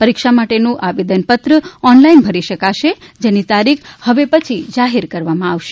પરીક્ષા માટેનું આવેદનપત્ર ઓનલાઇન ભરી શકાશે જેની તારીખ હવે પછી જાહેર કરવામાં આવશે